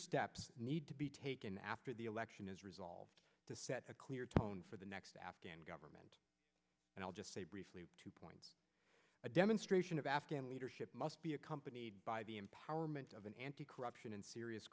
steps need to be taken after the election is resolved to set a clear tone for the next afghan government and i'll just say briefly to point a demonstration of afghan leadership must be accompanied by the empowerment of an anti corruption and serious